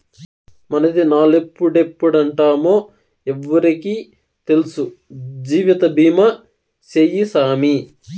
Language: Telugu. మనదినాలెప్పుడెప్పుంటామో ఎవ్వురికి తెల్సు, జీవితబీమా సేయ్యి సామీ